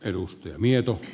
arvoisa puhemies